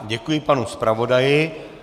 Děkuji panu zpravodaji.